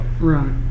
Right